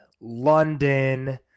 London